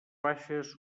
baixes